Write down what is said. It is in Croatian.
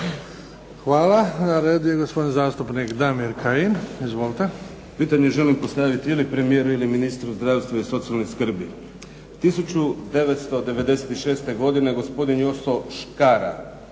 Hvala. Na redu je gospodin zastupnik Damir Kajin. Izvolite.